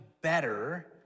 better